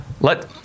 let